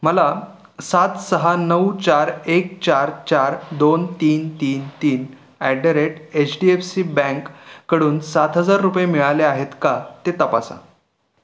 मला सात सहा नऊ चार एक चार चार दोन तीन तीन तीन at the rate H D F C bank कडून सात हजार रुपये मिळाले आहेत का ते तपासा